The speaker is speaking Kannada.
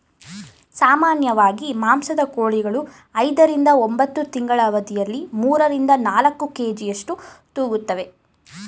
ಸಾಮಾನ್ಯವಾಗಿ ಮಾಂಸದ ಕೋಳಿಗಳು ಐದರಿಂದ ಒಂಬತ್ತು ತಿಂಗಳ ಅವಧಿಯಲ್ಲಿ ಮೂರರಿಂದ ನಾಲ್ಕು ಕೆ.ಜಿಯಷ್ಟು ತೂಗುತ್ತುವೆ